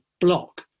block